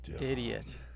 Idiot